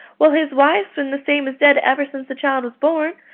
well, his wife's been the same as dead ever since the child was born.